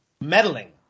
meddling